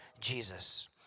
Jesus